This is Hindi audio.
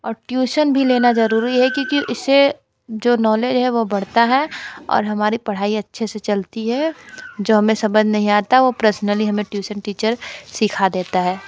और ट्यूशन भी लेना ज़रूरी है क्योंकि इससे जो नॉलेज है वह बढ़ता है और हमारी पढ़ाई अच्छे से चलती है जो हमें समझ नहीं आता वह पर्सनली हमें ट्यूशन टीचर सिखा देता है